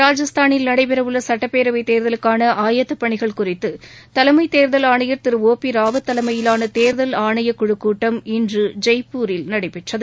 ராஜஸ்தானில் நடைபெறஉள்ளசுட்டப்பேரவைதேர்தலுக்கானஆயத்தப் பணிகள் குறித்துதலைமைதேர்தல் ஆணையர் திரு ஓ பிராவத் தலைமையிலானதேர்தல் ஆணையகுழுக் கூட்டம் இன்றுஜெய்ப்பூரில் நடைபெற்றது